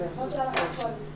נראה שבאוצר לא מבינים את האירוע,